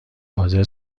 حاضر